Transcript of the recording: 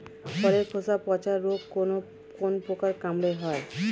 ফলের খোসা পচা রোগ কোন পোকার কামড়ে হয়?